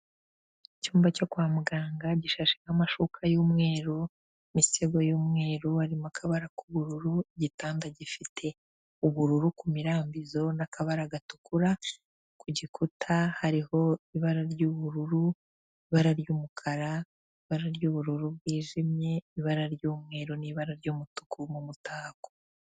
Icyumba cyo kwa muganga gishaje n'amashuka y'umweru misego y'umweru wari mu kabara k'ubururu, igitanda gifite ubururu ku mirambizo n'akabara gatukura, ku gikuta hariho ibara ry'ubururu, ibara ry'umukara, ibara ry'ubururu bwijimye, ibara ry'umweru n'i ibara ry'umutuku mu mutako.